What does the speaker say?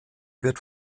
wird